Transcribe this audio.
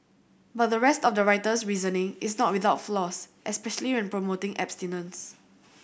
but the rest of the writer's reasoning is not without flaws especially when promoting abstinence